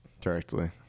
Directly